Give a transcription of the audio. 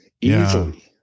easily